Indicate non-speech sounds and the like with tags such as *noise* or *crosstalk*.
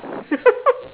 *laughs*